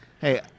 Hey